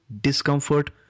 discomfort